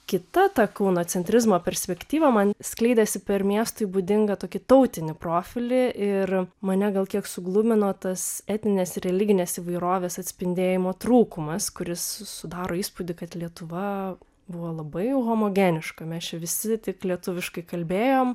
kita ta kauno centrizmo perspektyva man skleidėsi per miestui būdingą tokį tautinį profilį ir mane gal kiek suglumino tas etninės ir religinės įvairovės atspindėjimo trūkumas kuris sudaro įspūdį kad lietuva buvo labai homogeniška mes čia visi taip lietuviškai kalbėjom